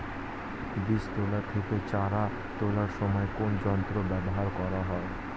বীজ তোলা থেকে চারা তোলার সময় কোন যন্ত্র ব্যবহার করা হয়?